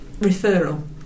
referral